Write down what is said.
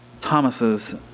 Thomas's